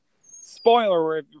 spoiler